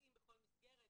בכל מסגרת.